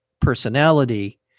personality